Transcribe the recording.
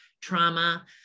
trauma